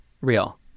Real